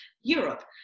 Europe